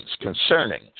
concerning